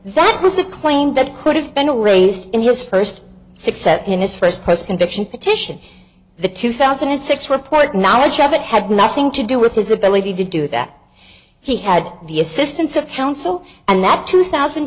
a claim that could have been raised in his first success in his first press conviction petition the two thousand and six report knowledge of it had nothing to do with his ability to do that he had the assistance of counsel and that two thousand